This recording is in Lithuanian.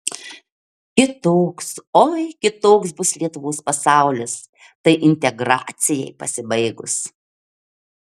kitoks oi kitoks bus lietuvos pasaulis tai integracijai pasibaigus